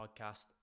Podcast